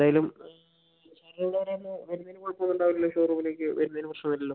എന്തായാലും ആ സാറ് ഇവിടെ വെരെ ഒന്ന് വരുന്നതിന് കുഴപ്പം ഒന്നും ഉണ്ടാവില്ലല്ലോ ഷോറൂമിലേക്ക് വരുന്നതിന് പ്രശ്നം ഒന്നും ഇല്ലല്ലോ